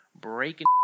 breaking